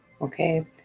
Okay